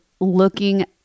looking